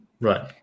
Right